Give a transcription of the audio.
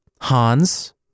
Hans